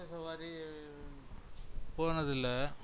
குதிரை சவாரி போனதில்லை